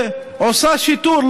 ועושה שיטור,